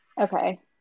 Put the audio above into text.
Okay